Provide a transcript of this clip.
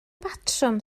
batrwm